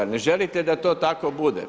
Ne želite da to tako bude.